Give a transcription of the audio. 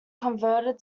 converted